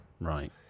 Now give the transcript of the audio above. Right